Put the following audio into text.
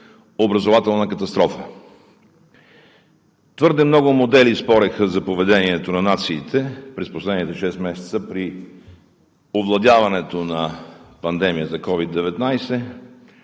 образователна катастрофа. Твърде много модели спореха за поведението на нациите през последните шест месеца при овладяването на пандемията COVID-19.